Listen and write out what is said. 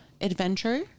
adventure